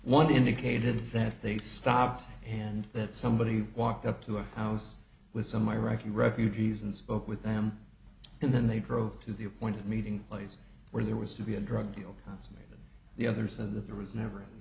one indicated that they stopped and that somebody walked up to a house with some iraqi refugees and spoke with them and then they drove to the appointed meeting place where there was to be a drug deal consummated the others and that there was never